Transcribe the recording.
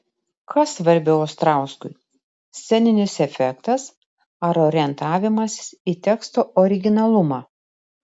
kas svarbiau ostrauskui sceninis efektas ar orientavimasis į teksto originalumą